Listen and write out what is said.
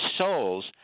souls